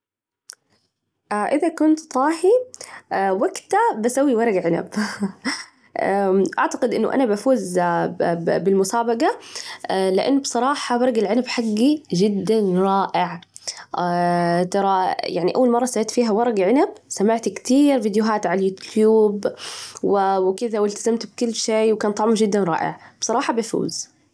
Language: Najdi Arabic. إذا كنت طاهي وجتها بسوي ورج عنب، أعتقد أنه أنا بفوز بالمسابجة، لأن بصراحة ورق العنب حجي جداً رائع، ترى يعني أول مرة اشتريت فيها ورق عنب، سمعت كتير فيديوهات على اليوتيوب وكده، والتزمت بكل شي، وكان طعمه جداً رائع. بصراحة بيفوز.